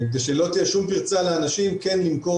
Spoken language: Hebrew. כדי שלא תהיה שום פרצה לאנשים כן למכור